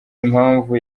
impamvu